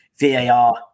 VAR